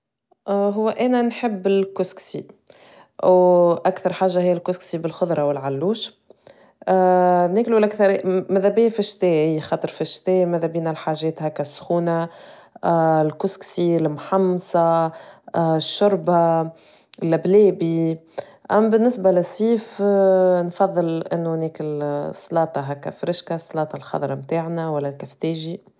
هو انا نحب الكسكسي و اكثر حاجة هي الكسكسي بلخضرة و العلوش نكلو مدابيا الاكثرية فشتا خاطر فشتا مادابينا حاجات هكا سخونة الكسكسي المحمصة الشربة اللبلابي اما بالنسبة للصيف نفضل انو ناكل سلاطة هكا فرشك سلاطة الخضرة متاعنا ولا الكفتاجي